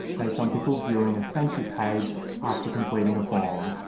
based on people viewing a thank you page after completing a form.